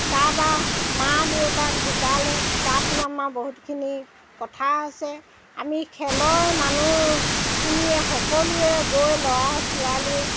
কাৰোবাৰ মাক দেউতাক ঢুকালে তাতো আমাৰ বহুতখিনি কথা আছে আমি খেলৰ মানুহখিনিয়ে সকলোৱে গৈ ল'ৰা ছোৱালী